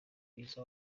mwiza